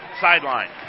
sideline